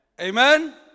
Amen